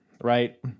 right